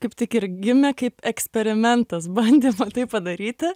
kaip tik ir gimė kaip eksperimentas bandymo tai padaryti